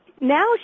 Now